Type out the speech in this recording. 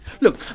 Look